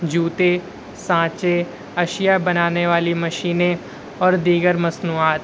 جوتے سانچے اشیا بنانے والی مشینیں اور دیگر مصنوعات